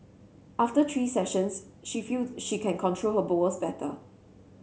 after three sessions she feel she can control her bowels better